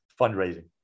fundraising